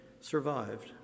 survived